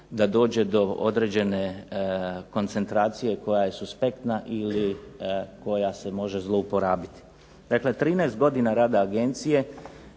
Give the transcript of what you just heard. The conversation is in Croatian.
da dođe do određene koncentracije koja je suspektna ili se može zlouporabiti. Dakle, 13 godina rada agencije